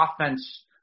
offense